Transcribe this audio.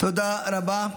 תודה רבה.